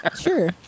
Sure